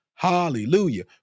Hallelujah